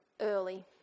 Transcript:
early